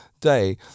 day